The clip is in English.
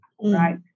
right